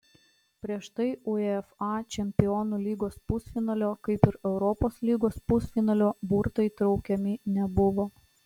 prieš tai uefa čempionų lygos pusfinalio kaip ir europos lygos pusfinalio burtai traukiami nebuvo